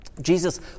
Jesus